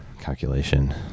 calculation